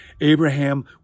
Abraham